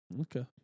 Okay